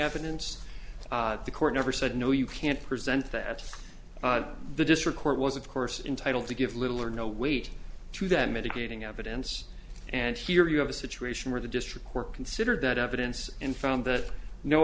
evidence the court never said no you can't present that the district court was of course entitle to give little or no weight to that mitigating evidence and here you have a situation where the district court considered that evidence and found that no